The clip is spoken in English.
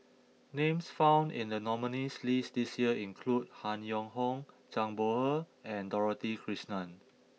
names found in the nominees' list this year include Han Yong Hong Zhang Bohe and Dorothy Krishnan